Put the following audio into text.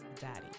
daddy